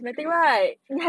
true true